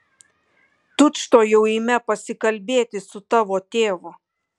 tučtuojau eime pasikalbėti su tavo tėvu